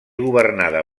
governada